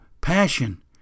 passion